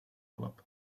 club